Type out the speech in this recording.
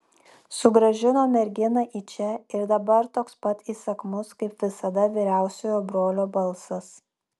sugrąžino merginą į čia ir dabar toks pat įsakmus kaip visada vyriausiojo brolio balsas